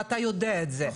ואתה יודע את זה.